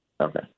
Okay